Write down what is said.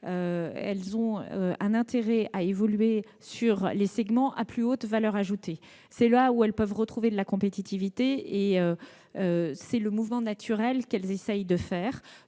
elles ont un intérêt à viser les segments à plus haute valeur ajoutée, où elles peuvent retrouver de la compétitivité. C'est le mouvement naturel qu'elles essayent d'opérer